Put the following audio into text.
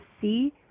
see